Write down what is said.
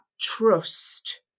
trust